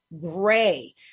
gray